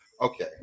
Okay